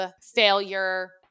failure